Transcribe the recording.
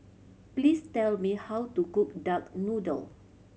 please tell me how to cook duck noodle